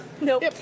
nope